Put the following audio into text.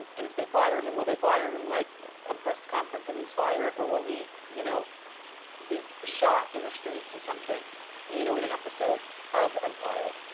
and if they fire him will they fire him like a press conference and he's fired? or will he you know be shot in the streets or something you know in an episode of empire?